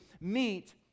meet